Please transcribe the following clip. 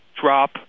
drop